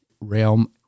realm